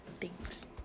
thanks